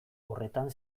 horretan